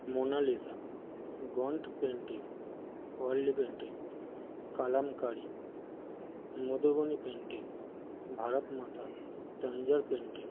Mona Lisa Gond painting oil painting Kalamkari Madhubani painting Bharatmata Tanjore painting